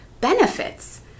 benefits